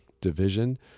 division